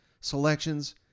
selections